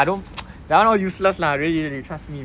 ya don't that one all useless lah really really trust me